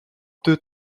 deux